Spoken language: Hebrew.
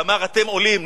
ואמר: אתם עולים.